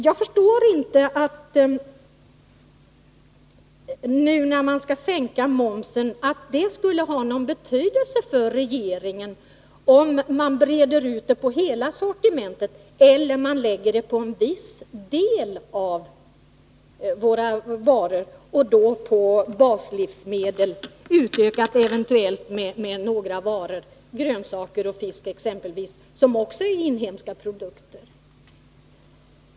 Jag förstår inte att det kan ha någon betydelse för regeringen, när den nu föreslår en sänkning av momsen, om man slår ut sänkningen på hela sortimentet eller om man lägger den på en viss del av våra varor, alltså på baslivsmedel, utökat eventuellt med grönsaker och fisk, som också är inhemska produkter.